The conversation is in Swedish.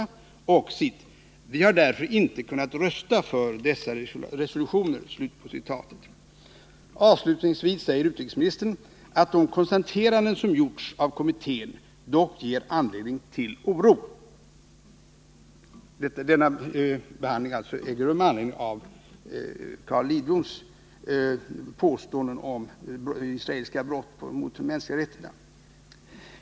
Vidare säger utrikesministern: ”Vi har därför inte kunnat rösta för dessa resolutioner.” Avslutningsvis säger utrikesministern att ”de konstateranden som gjorts av kommittén ger anledning till oro”. Denna behandling av frågan ägde alltså rum med anledning av Carl Lidboms påståenden om israeliska brott mot de mänskliga rättigheterna.